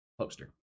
poster